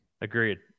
Agreed